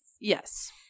yes